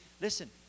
Listen